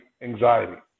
anxiety